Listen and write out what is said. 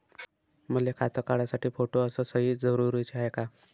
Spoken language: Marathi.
मले खातं काढासाठी फोटो अस सयी जरुरीची हाय का?